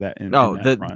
No